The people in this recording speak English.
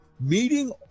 meeting